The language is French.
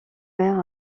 maire